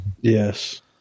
Yes